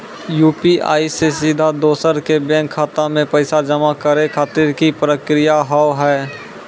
UPI से सीधा दोसर के बैंक खाता मे पैसा जमा करे खातिर की प्रक्रिया हाव हाय?